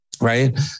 Right